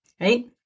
right